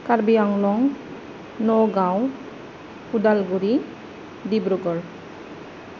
Karbi Anglong Nagaon Udalguri Dibrugarh